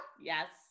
Yes